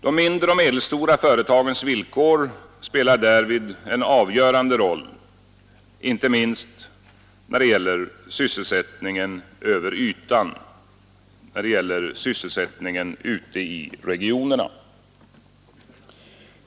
De mindre och medelstora företagens villkor spelar därvid en avgörande roll, inte minst när det gäller sysselsättningen /; CSE Måndagen den ute i regionerna.